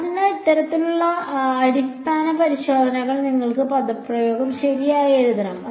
അതിനാൽ ഇത്തരത്തിലുള്ള അടിസ്ഥാന പരിശോധന നിങ്ങൾ ഈ പദപ്രയോഗം ശരിയായി എഴുതണം